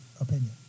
opinion